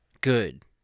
good